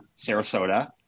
Sarasota